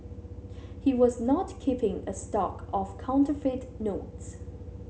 he was not keeping a stock of counterfeit notes